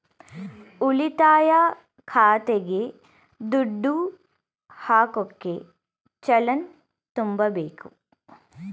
ಉಳಿತಾಯ ಖಾತೆಗೆ ದುಡ್ಡು ಹಾಕೋಕೆ ಚಲನ್ ತುಂಬಬೇಕು